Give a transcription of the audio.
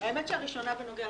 אדוני היועץ, כהערה מקדמית,